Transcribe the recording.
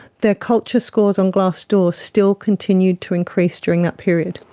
their culture scores on glass door still continued to increase during that period.